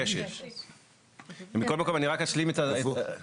יש לי רגישות מאוד גדולה לתל אביב כמו שאתה יודע.